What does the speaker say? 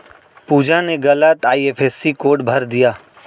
पूजा ने गलत IFSC code भर दिया